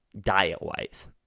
diet-wise